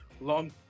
long